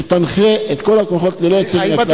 תנחה את כל הכוחות ללא יוצא מן הכלל להימנע,